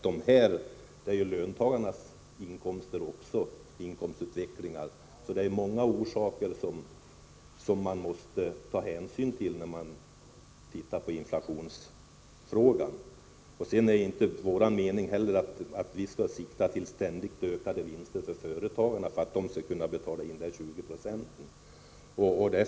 Det finns alltså många orsaker till den inflation som vi har haft. Vår mening är inte heller att sikta på ständigt ökade vinster för företagarna för att de skall kunna betala in dessa 20 26.